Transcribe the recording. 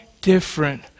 different